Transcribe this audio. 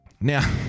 Now